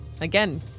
again